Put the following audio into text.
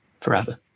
forever